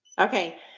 Okay